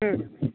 હમ